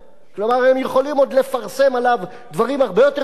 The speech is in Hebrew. כלומר הם יכולים עוד לפרסם עליו דברים הרבה יותר גרועים,